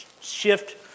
shift